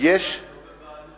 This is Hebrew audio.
הם לא בבעלות